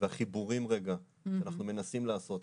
והחיבורים רגע, אנחנו מנסים לעשות.